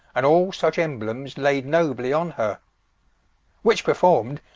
and all such emblemes laid nobly on her which perform'd,